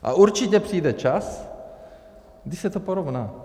A určitě přijde čas, kdy se to porovná.